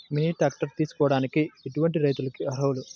Mini tractor తీసుకోవడానికి ఎటువంటి రైతులకి అర్హులు?